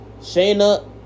Shayna